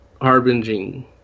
Harbinging